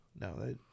No